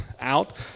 out